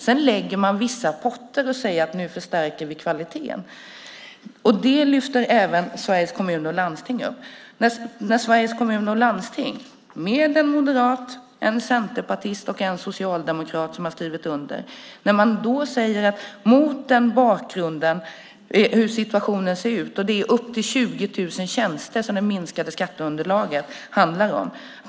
Sedan lägger man vissa potter och säger att man förstärker kvaliteten. Det lyfter även Sveriges Kommuner och Landsting upp. Sveriges Kommuner och Landsting beskriver i ett brev som en moderat, en centerpartist och en socialdemokrat har skrivit under hur situationen ser ut mot den här bakgrunden. Det är upp till 20 000 tjänster som det minskade skatteunderlaget handlar om.